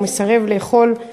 הוא מסרב לאכול,